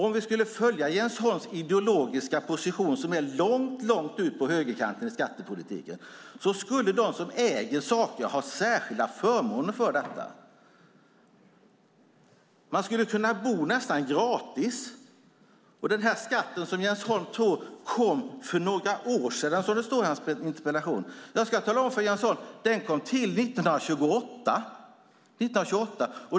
Om vi skulle följa Jens Holms ideologiska position, som ligger långt ut på högerkanten i skattepolitiken, skulle de som äger saker ha särskilda förmåner för detta. Folk skulle kunna bo nästan gratis. Och när det gäller den skatt Jens Holm tror kom för några år sedan, vilket står i hans interpellation, ska jag tala om för Jens Holm att den kom till 1928.